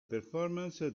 performance